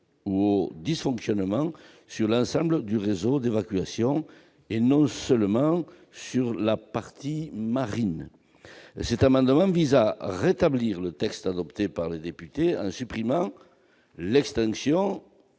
ou aux dysfonctionnements survenant sur l'ensemble du réseau d'évacuation, non pas seulement sur la partie marine. Cet amendement vise à rétablir le texte adopté par les députés en supprimant l'extension